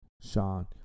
Sean